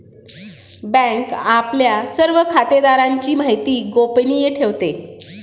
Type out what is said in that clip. bank आपल्या सर्व खातेदारांची माहिती गोपनीय ठेवते